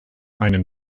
einen